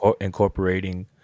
incorporating